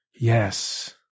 Yes